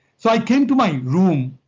so i came to my room,